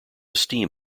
steam